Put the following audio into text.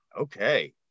okay